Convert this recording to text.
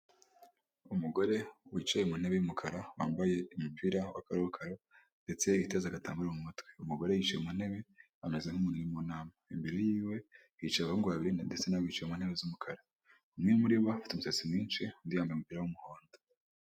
Ahantu ku muhanda hashinze imitaka ibiri umwe w'umuhondo n'undi w'umutuku gusa uw'umuhonda uragaragaramo ibirango bya emutiyeni ndetse n'umuntu wicaye munsi yawo wambaye ijiri ya emutiyeni ndetse n'ishati ari guhereza umuntu serivise usa n'uwamugannye uri kumwaka serivise arimo aramuha telefone ngendanwa. Hakurya yaho haragaragara abandi bantu barimo baraganira mbese bari munsi y'umutaka w'umutuku.